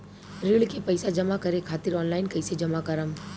ऋण के पैसा जमा करें खातिर ऑनलाइन कइसे जमा करम?